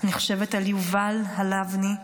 אני חושבת על יובל הליבני,